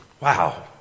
Wow